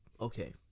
okay